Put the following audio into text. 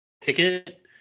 ticket